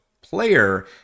player